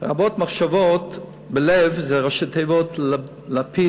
"רבות מחשבות בלב" זה ראשי תיבות לפיד-בנט.